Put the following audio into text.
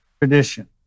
Tradition